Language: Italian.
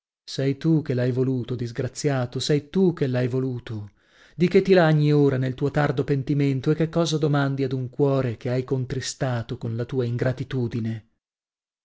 sei tu che l'hai voluto disgraziato sei tu che l'hai voluto di che ti lagni ora nel tuo tardo pentimento e che cosa domandi ad un cuore che hai contristato con la tua ingratitudine